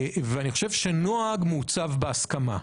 אני חושב שנוהג מעוצב בהסכמה.